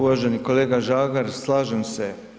Uvaženi kolega Žagar, slažem se.